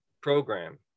program